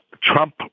Trump